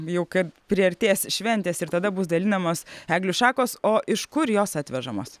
jau kaip priartės šventės ir tada bus dalinamos eglių šakos o iš kur jos atvežamos